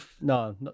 no